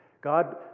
God